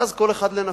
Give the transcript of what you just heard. ואז, כל אחד לנפשו.